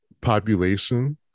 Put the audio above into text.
population